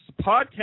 podcast